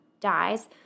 dies